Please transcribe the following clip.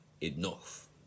enough